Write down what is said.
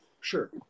Sure